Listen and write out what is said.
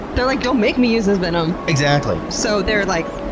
they're like, don't make me use this venom! exactly. so they're like,